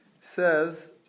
says